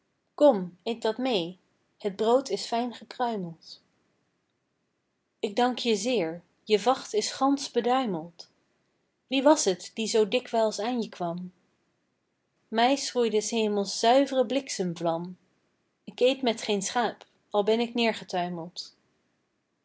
kom eet wat mee het brood is fijn gekruimeld ik dank je zeer je vacht is gansch beduimeld wie was het die zoo dikwijls aan je kwam mij schroeide s hemels zuivre bliksemvlam k eet met geen schaap al ben ik neergetuimeld